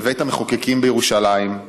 בבית המחוקקים בירושלים,